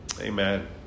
Amen